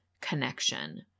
connection